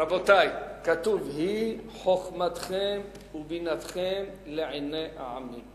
רבותי, כתוב: "היא חכמתכם ובינתכם לעיני העמים".